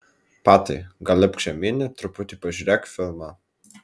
patai gal lipk žemyn ir truputį pažiūrėk filmą